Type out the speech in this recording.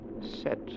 Set